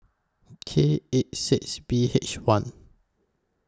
K eight six B H one